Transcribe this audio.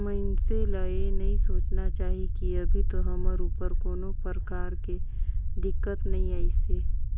मइनसे ल ये नई सोचना चाही की अभी तो हमर ऊपर कोनो परकार के दिक्कत नइ आइसे